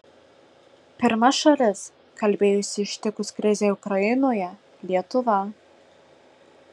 pirma šalis kalbėjusi ištikus krizei ukrainoje lietuva